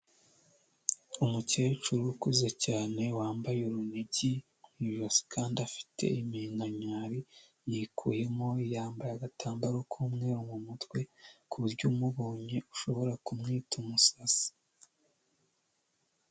Umukecuru ukuze cyane wambaye urunigi mu ijosi kandi afite iminkanyari, yikuyemo yambaye agatambaro k'umweru mu mutwe ku buryo umubonye ushobora kumwita umusazi.